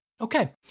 Okay